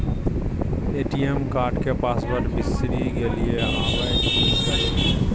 ATM card के password बिसरि गेलियै आबय की करियै?